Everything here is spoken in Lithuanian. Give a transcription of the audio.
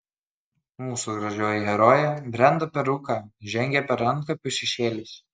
mūsų gražioji herojė brenda per rūką žengia per antkapių šešėlius